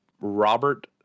Robert